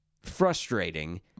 frustrating